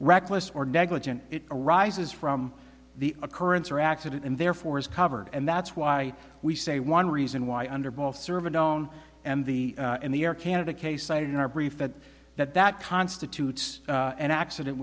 reckless or negligent it arises from the occurrence or accident and therefore is covered and that's why we say one reason why under both servant and the in the air canada case cited in our brief that that that constitutes an accident